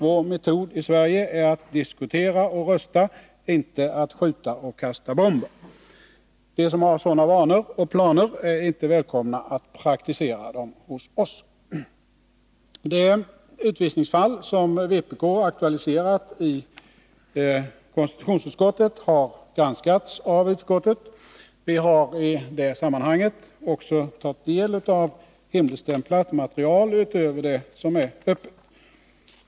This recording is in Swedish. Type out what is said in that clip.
Vår metod i Sverige är att diskutera och rösta — inte att skjuta och kasta bomber. De som har sådana vanor och planer är inte välkomna att praktisera dem hos oss. Det utvisningsfall som vpk aktualiserat i konstitutionsutskottet har granskats av utskottet. Vi har i det sammanhanget också tagit del av hemligstämplat material utöver det som är öppet.